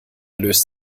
löst